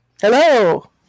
Hello